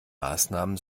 maßnahmen